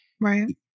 right